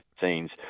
scenes